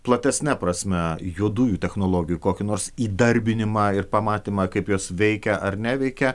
platesne prasme juodųjų technologijų kokį nors įdarbinimą ir pamatymą kaip jos veikia ar neveikia